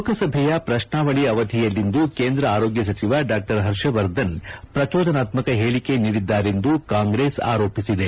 ಲೋಕಸಭೆಯ ಪ್ರಶ್ನಾವಳಿ ಅವಧಿಯಲ್ಲಿಂದು ಕೇಂದ್ರ ಆರೋಗ್ಯ ಸಚಿವ ಡಾ ಪರ್ಷವರ್ಧನ್ ಪ್ರಚೋದನಾತ್ಮಕ ಹೇಳಿಕೆ ನೀಡಿದ್ದಾರೆಂದು ಕಾಂಗ್ರೆಸ್ ಆರೋಪಿಸಿದೆ